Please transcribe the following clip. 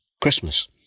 Christmas